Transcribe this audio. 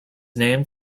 named